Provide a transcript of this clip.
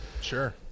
Sure